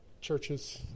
churches